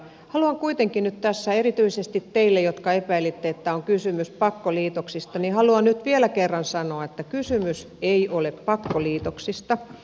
haluan kuitenkin nyt tässä erityisesti teille jotka epäilitte että on kysymys pakkoliitoksista vielä kerran sanoa että kysymys ei ole pakkoliitoksista